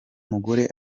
mugore